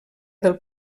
del